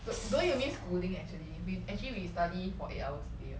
don~ don't you mean schooling actually we've actually we study for eight hours a day [what]